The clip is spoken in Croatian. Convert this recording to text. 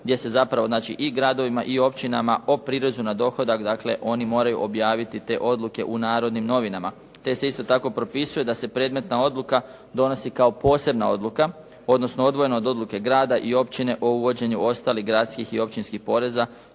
gdje se zapravo i gradovima i općinama o prirezu na dohodak, dakle oni moraju objaviti te odluke u "Narodnim novinama", te se isto tako propisuje da se predmetna odluka donosi kao posebna odluka odnosno odvojeno od odluke grada i općine o uvođenju ostalih gradskih i općinskih poreza